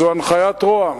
זאת הנחיית ראש הממשלה,